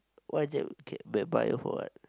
why take chem and bio for what